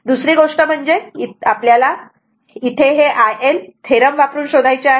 दुसरी गोष्ट म्हणजे इथे आपल्याला हे IL थेरम वापरून शोधायचे आहे